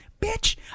bitch